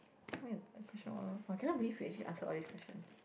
when my question all out !wah! I cannot believe we actually answered all these questions